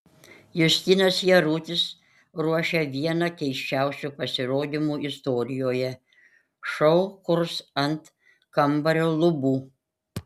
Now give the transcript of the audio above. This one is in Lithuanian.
justinas jarutis ruošia vieną keisčiausių pasirodymų istorijoje šou kurs ant kambario lubų